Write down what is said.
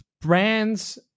brands